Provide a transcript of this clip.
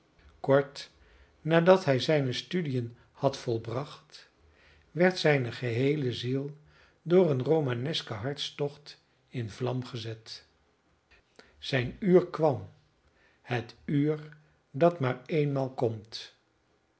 kort nadat hij zijne studiën had volbracht werd zijne geheele ziel door een romanesken hartstocht in vlam gezet zijn uur kwam het uur dat maar eenmaal komt